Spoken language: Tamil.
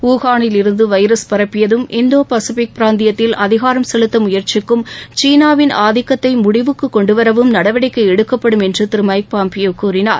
ஊகாளில் இருந்து வைரஸ் பரப்பியதும் இந்தோ பசிபிக் பிராந்தியத்தில் அதிகாரம் செலுத்தமுயற்சிக்கும் சீனாவின் ஆதிக்கத்தை முடிவுக்கு கொண்டுவரவும் நடவடிக்கை எடுக்கப்படும் என்றதிரு மைக் பாம்பியோ கூறினார்